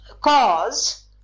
cause